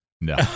no